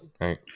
right